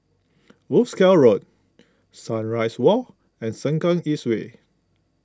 Wolskel Road Sunrise Walk and Sengkang East Way